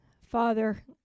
Father